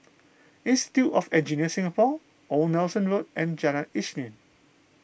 Institute of Engineers Singapore Old Nelson Road and Jalan Isnin